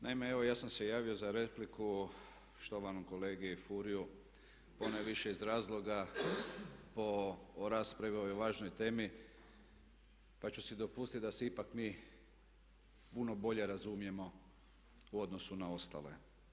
Naime, evo ja sam se javio za repliku štovanom kolegi Furio ponajviše iz razloga o raspravi o ovoj važnoj temi pa ću si dopustiti da se ipak mi puno bolje razumijemo u odnosu na ostale.